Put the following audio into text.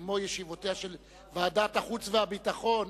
כמו ישיבותיה של ועדת החוץ והביטחון,